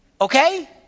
Okay